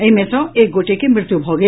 एहि मे सँ एक गोटे के मृत्यु भऽ गेल